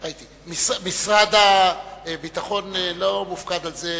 משרד הביטחון לא מופקד על זה,